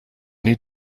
need